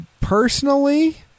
Personally